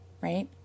right